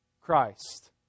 Christ